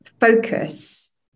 focus